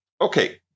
Okay